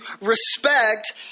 respect